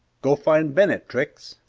go find bennett, trix!